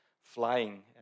flying